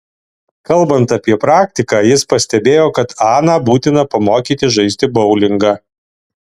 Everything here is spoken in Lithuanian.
kalbant apie praktiką jis pastebėjo kad aną būtina pamokyti žaisti boulingą